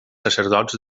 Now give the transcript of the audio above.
sacerdots